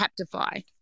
Captify